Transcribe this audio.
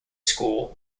school